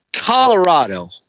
Colorado